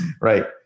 Right